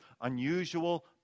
unusual